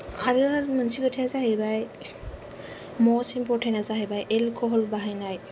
आरो मोनसे खोथाया जाहैबाय मस्त इम्पर्तेन्ता जाहैबाय एलक'हल बाहायनाय